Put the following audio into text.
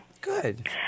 Good